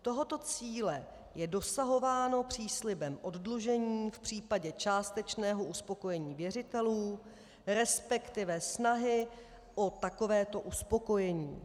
Tohoto cíle je dosahováno příslibem oddlužení v případě částečného uspokojení věřitelů, resp. snahy o takovéto uspokojení.